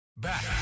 Back